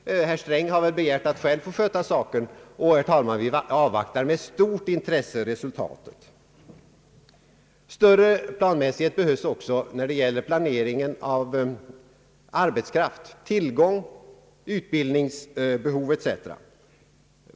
Herr Sträng har väl begärt att själv få sköta den saken, och vi avvaktar med stort intresse resultatet. Större planmässighet behövs också när det gäller planeringen av arbetskraft — tillgång, utbildningsbehov etc.